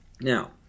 Now